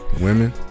women